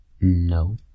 No